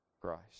Christ